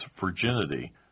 virginity